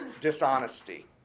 dishonesty